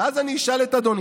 ואז אני אשאל את אדוני: